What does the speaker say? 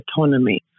autonomy